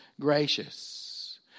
gracious